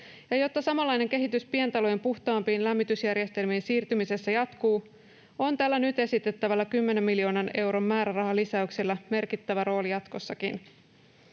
jotta samanlainen kehitys pientalojen puhtaampiin lämmitysjärjestelmiin siirtymisessä jatkuu, on tällä nyt esitettävällä 10 miljoonan euron määrärahalisäyksellä merkittävä rooli jatkossakin.